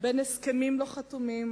בין הסכמים לא חתומים,